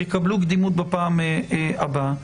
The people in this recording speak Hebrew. יקבלו קדימות בפעם הבאה.